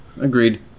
Agreed